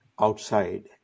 outside